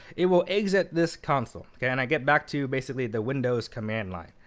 it will exit this console. ok and i get back to, basically, the windows command line.